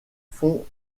font